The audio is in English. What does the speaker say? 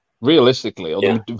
Realistically